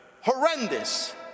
horrendous